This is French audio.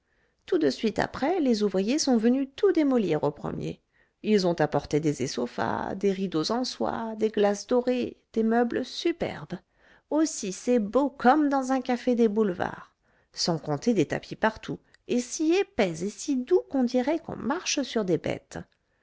tout de suite après les ouvriers sont venus tout démolir au premier ils ont apporté des essophas des rideaux en soie des glaces dorées des meubles superbes aussi c'est beau comme dans un café des boulevards sans compter des tapis partout et si épais et si doux qu'on dirait qu'on marche sur des bêtes